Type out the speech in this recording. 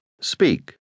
speak